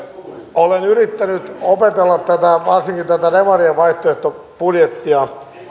olen yrittänyt opetella varsinkin tätä demarien vaihtoehtobudjettia